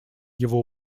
его